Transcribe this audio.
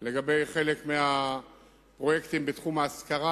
לגבי חלק מהפרויקטים בתחום ההשכרה,